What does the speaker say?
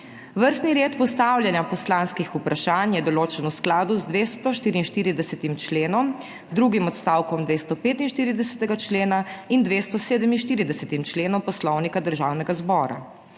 Vrstni red postavljanja poslanskih vprašanj je določen v skladu z 244. členom, drugim odstavkom 245. člena in 247. členom Poslovnika Državnega zbora.